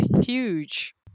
huge